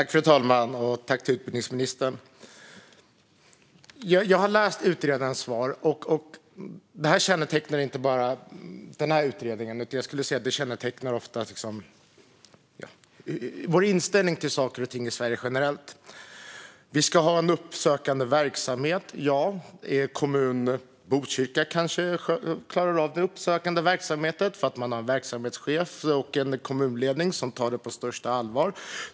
Fru talman! Jag har läst utredarens svar, som är kännetecknande för vår inställning till saker och ting i Sverige generellt. Vi ska ha en uppsökande verksamhet. Ja, en kommun som Botkyrka kanske klarar att ha uppsökande verksamhet. Man har en verksamhetschef och en kommunledning som tar det på största allvar.